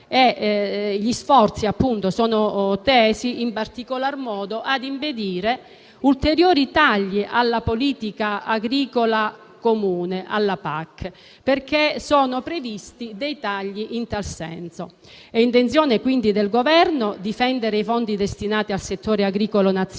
Gli sforzi sono tesi in particolar modo ad impedire ulteriori tagli alla politica agricola comune (PAC), perché sono previsti dei tagli in tal senso. È quindi intenzione del Governo difendere i fondi destinati al settore agricolo nazionale